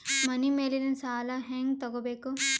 ಮನಿ ಮೇಲಿನ ಸಾಲ ಹ್ಯಾಂಗ್ ತಗೋಬೇಕು?